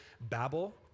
Babel